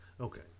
Okay